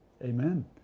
Amen